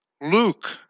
Luke